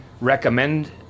recommend